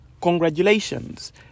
congratulations